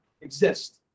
exist